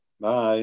Bye